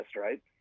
right